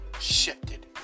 shifted